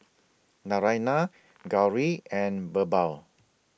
Naraina Gauri and Birbal